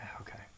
Okay